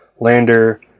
lander